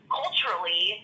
culturally